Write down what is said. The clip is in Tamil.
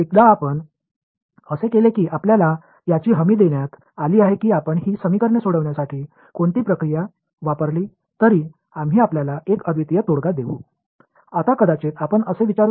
இந்தச் சமன்பாடுகளைத் தீர்ப்பதற்கு நீங்கள் எந்த நடைமுறையைப் பயன்படுத்தினாலும் நாங்கள் உங்களுக்கு ஒரு தனித்துவமான தீர்வைத் தருவோம் என்று உங்களுக்கு உத்தரவாதம் அளிக்கப்படும்